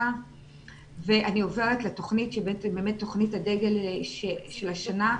אני עוברת לתוכנית שהיא בעצם באמת תוכנית הדגל של השנה,